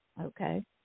okay